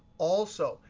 also,